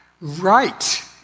Right